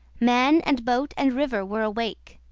man and boat and river were awake.